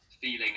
feeling